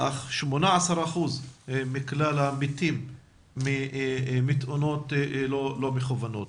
אך הם 18% מכלל המתים בתאונות לא מכוונות.